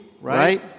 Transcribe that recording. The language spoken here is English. right